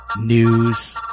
news